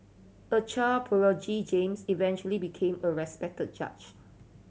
a child prodigy James eventually became a respected judge